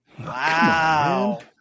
Wow